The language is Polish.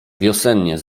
wiosennie